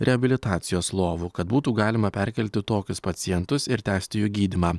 reabilitacijos lovų kad būtų galima perkelti tokius pacientus ir tęsti jų gydymą